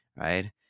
right